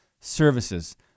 services